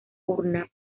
urna